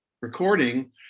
recording